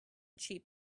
cheap